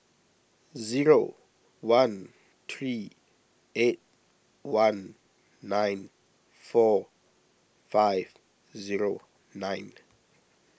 zero one three eight one nine four five zero nine